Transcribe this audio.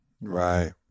Right